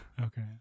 Okay